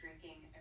drinking